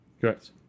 Correct